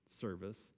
service